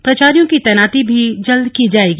प्राचार्यों की तैनाती भी जल्द की जाएगी